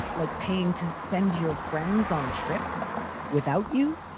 like, paying to send your friends on trips without you?